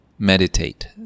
meditate